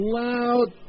loud